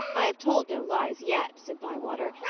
i have told no lies yet, said bywater.